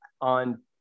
on